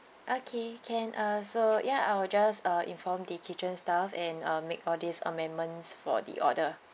okay can uh so ya I will just uh inform the kitchen staff and uh make all these amendments for the order